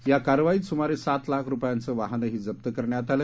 या कारवाईत सुमारे सात लाख रुपयांपं वाहनही जप्त करण्यात आलं